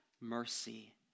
mercy